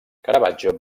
caravaggio